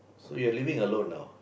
so you're living alone now